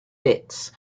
bits